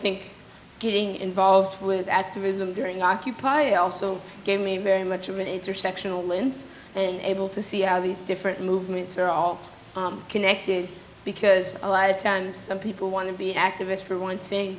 think getting involved with activism during occupy also gave me very much of an intersection lin's and able to see how these different movements are all connected because a lot of times some people want to be activists for one